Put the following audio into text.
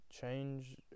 change